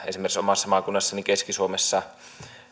esimerkiksi omassa maakunnassani keski suomessa